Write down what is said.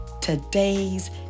today's